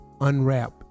unwrap